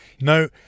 No